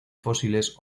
fósiles